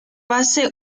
base